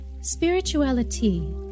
Spirituality